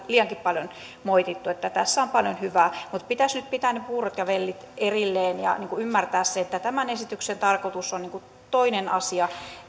liiankin paljon moitittu tässä on paljon hyvää mutta pitäisi nyt pitää ne puurot ja vellit erillään ja ymmärtää se että tämän esityksen tarkoitus on toinen asia